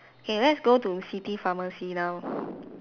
K let's go to city pharmacy now